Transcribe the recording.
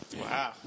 Wow